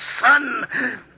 son